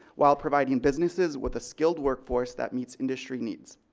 while providing businesses with a skilled workforce that meets industry needs.